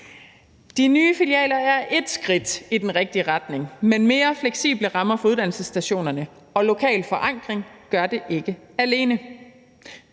De nye filialer er ét skridt i den rigtige retning, men mere fleksible rammer for uddannelsesstationerne og lokal forankring gør det ikke alene.